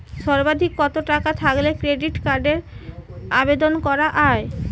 সর্বাধিক কত টাকা থাকলে ক্রেডিট কার্ডের আবেদন করা য়ায়?